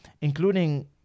including